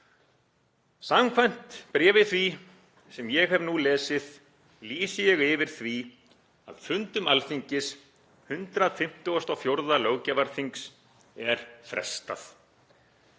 Samkvæmt bréfi því sem ég nú hef lesið, lýsi ég yfir því að fundum Alþingis, 154. löggjafarþings, er frestað.